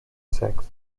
seks